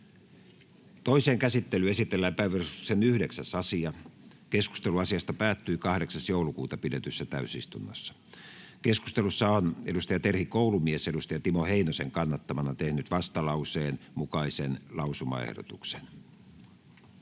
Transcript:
Toiseen käsittelyyn esitellään päiväjärjestyksen 9. asia. Keskustelu asiasta päättyi 8.12.2022 pidetyssä täysistunnossa. Keskustelussa on Terhi Koulumies Timo Heinosen kannattamana tehnyt vastalauseen mukaisen lausumaehdotuksen.